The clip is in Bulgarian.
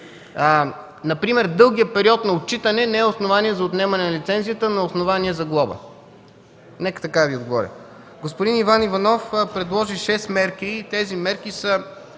лиценз. Дългият период на отчитане не е основание за отнемане на лиценз, но е основание за глоба. Нека така Ви отговоря. Господин Иван Н. Иванов предложи шест мерки.